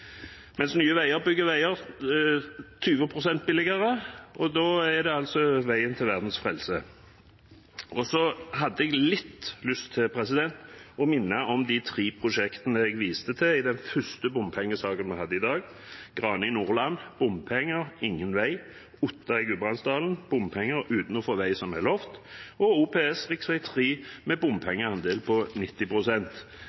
mens Nye Veier bygger veier 20 pst. billigere, og det er altså veien til verdens frelse. Så hadde jeg litt lyst til å minne om de tre prosjektene jeg viste til i den første bompengesaken vi hadde i dag: Grane i Nordland: bompenger – ingen vei Otta i Gudbrandsdalen: bompenger – uten å få den veien som er lovet OPS-prosjektet på rv. 3, med